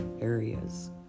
areas